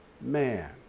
Man